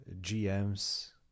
gm's